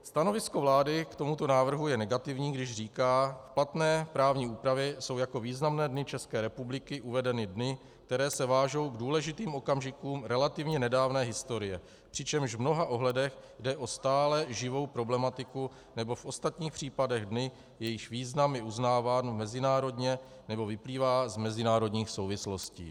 Stanovisko vlády k tomuto návrhu je negativní, když říká: V platné právní úpravě jsou jako významné dny České republiky uvedeny dny, které se vážou k důležitým okamžikům relativně nedávné historie, přičemž v mnoha ohledech jde o stále živou problematiku, nebo v ostatních případech dny, jejichž význam je uznáván mezinárodně nebo vyplývá z mezinárodních souvislostí.